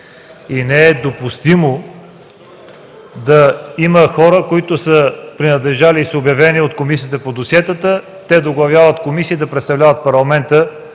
Не е допустимо да има хора, които са принадлежали и обявени от Комисията по досиетата, да оглавяват комисии и да представляват Парламента